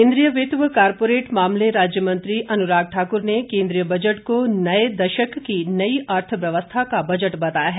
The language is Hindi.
केन्द्रीय वित्त व कॉरपोरेट मामले राज्य मंत्री अनुराग ठाक्र ने केन्द्रीय बजट को नए दशक की नई अर्थव्यवस्था का बजट बताया है